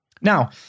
Now